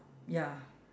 ya